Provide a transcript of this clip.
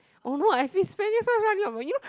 oh no I've been spending so much money you know